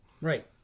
Right